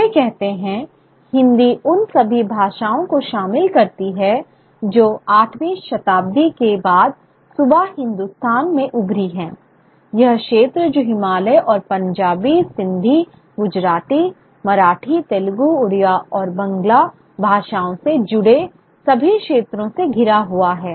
वे कहते हैं "हिंदी उन सभी भाषाओं को शामिल करती है जो आठवीं शताब्दी के बाद 'सूबा हिंदुस्तान' में उभरी हैं यह क्षेत्र जो हिमालय और पंजाबी सिंधी गुजराती मराठी तेलुगु उड़िया और बंगला भाषाओं से जुड़े सभी क्षेत्रों से घिरा हुआ है